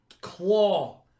claw